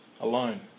alone